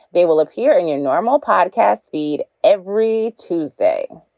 they will appear in your normal podcast feed every tuesday.